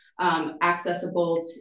accessible